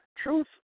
Truth